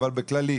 אבל גם בכללי,